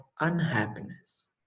unhappiness